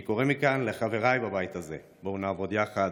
אני קורא מכאן לחבריי בבית הזה: בואו נעבוד יחד.